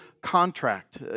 contract